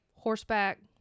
Horseback